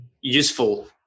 useful